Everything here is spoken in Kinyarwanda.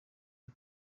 ari